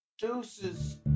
Deuces